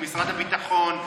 למשרד הביטחון,